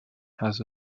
has